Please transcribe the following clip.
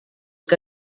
que